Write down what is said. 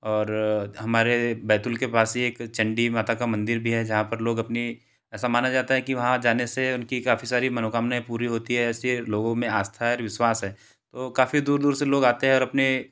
और हमारे बैतुल के पास ही एक चंडी माता का मंदिर भी है जहाँ पर लोग अपनी ऐसा माना जाता है कि वहाँ जाने से उनकी काफ़ी सारी मनोकामनाऍं पूरी होती है ऐसी लोगों में आस्था है और विश्वास है तो काफ़ी दूर दूर से लोग आते है और अपने